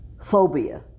phobia